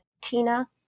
Tina